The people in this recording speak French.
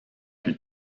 plus